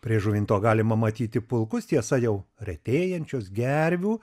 prie žuvinto galima matyti pulkus tiesa jau retėjančius gervių